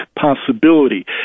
possibility